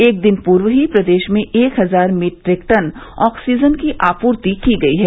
एक दिन पूर्व ही प्रदेश में एक हजार मीट्रिक टन ऑक्सीजन की आपूर्ति की गयी है